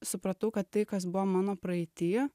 supratau kad tai kas buvo mano praeity